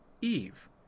Eve